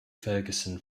ferguson